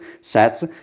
sets